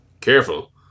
careful